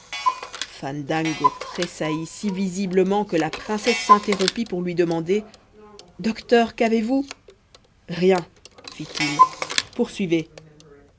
fandango tressaillit si visiblement que la princesse s'interrompit pour lui demander docteur qu'avez-vous rien fit-il poursuivez